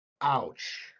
Ouch